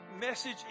message